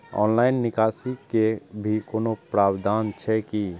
Online निकासी के भी कोनो प्रावधान छै की?